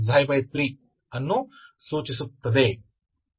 e3 ಅನ್ನು ಸೂಚಿಸುತ್ತದೆ